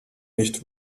nicht